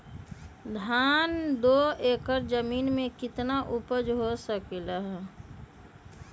धान दो एकर जमीन में कितना उपज हो सकलेय ह?